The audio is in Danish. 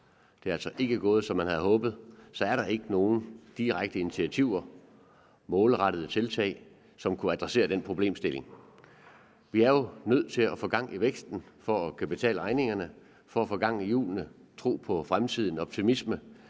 det er altså ikke gået, som man havde håbet – ikke er nogen direkte initiativer og målrettede tiltag, som kunne adressere den problemstilling. Vi er nødt til at få gang i væksten for at kunne betale regningerne; at få gang i hjulene og tro på fremtiden og have